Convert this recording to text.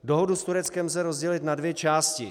Dohodu s Tureckem lze rozdělit na dvě části.